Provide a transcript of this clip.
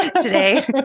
today